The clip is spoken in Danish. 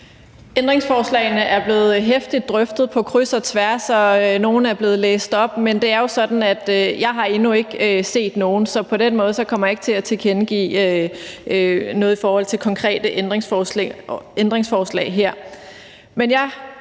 Ændringsforslagene er blevet heftigt drøftet på kryds og tværs, og nogle er blevet læst op, men det er jo sådan, at jeg endnu ikke har set nogen, så på den måde kommer jeg ikke til at tilkendegive noget i forhold til konkrete ændringsforslag her.